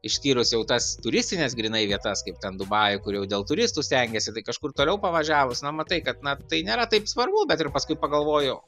išskyrus jau tas turistines grynai vietas kaip ten dubajuj kur jau dėl turistų stengiasi tai kažkur toliau pavažiavus na matai kad na tai nėra taip svarbu bet ir paskui pagalvoju